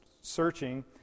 searching